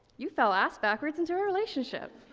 you fell ass backwards into a relationship.